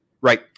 right